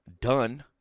done